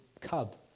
cub